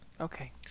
okay